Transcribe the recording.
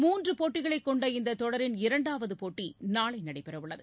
மூன்றுபோட்டிகளைகொண்ட இந்ததொடரின் இரண்டாவதுபோட்டிநாளைநடைபெறவுள்ளது